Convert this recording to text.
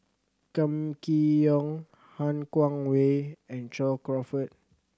Kam Kee Yong Han Guangwei and John Crawfurd